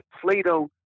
Plato